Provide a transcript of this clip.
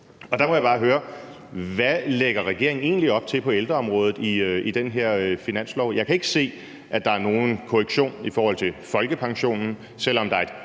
Der vil jeg bare høre: Hvad lægger regeringen egentlig op til på ældreområdet i det her forslag til finanslov? Jeg kan ikke se, at der er nogen korrektion i forhold til folkepensionen, selv om der er et